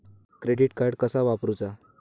Credit card कसा वापरूचा?